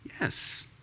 Yes